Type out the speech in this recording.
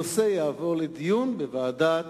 הנושא יעבור לדיון בוועדת